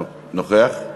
נוכח?